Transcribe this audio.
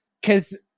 because-